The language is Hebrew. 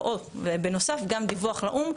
ובנוסף גם דיווח לאו"ם.